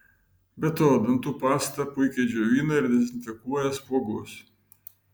be to dantų pasta puikiai džiovina ir dezinfekuoja spuogus